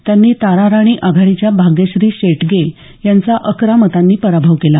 त्यांनी ताराराणी आघाडीच्या भाग्यश्री शेटगे यांचा अकरा मतांनी पराभव केला